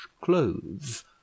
clothes